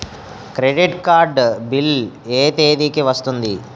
Credit card bill ఎ తేదీ కి వస్తుంది?